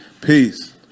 Peace